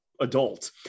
adult